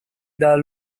dal